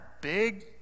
big